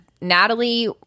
Natalie